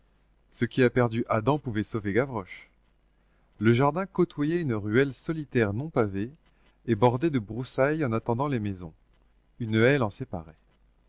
ce qui a perdu adam pouvait sauver gavroche le jardin côtoyait une ruelle solitaire non pavée et bordée de broussailles en attendant les maisons une haie l'en séparait